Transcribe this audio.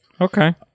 Okay